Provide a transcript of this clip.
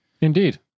Indeed